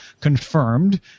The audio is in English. confirmed